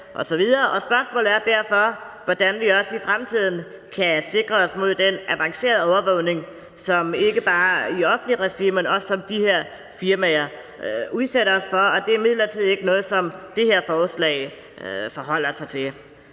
Spørgsmålet er derfor, hvordan vi også i fremtiden kan sikre os mod den avancerede overvågning, ikke bare i offentligt regi, men også den, de her firmaer udsætter os for, og det er imidlertid ikke noget, som det her forslag forholder sig til.